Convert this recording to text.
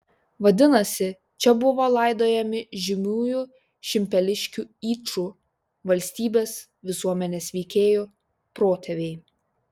vadinasi čia buvo laidojami žymiųjų šimpeliškių yčų valstybės visuomenės veikėjų protėviai